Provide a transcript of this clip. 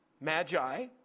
Magi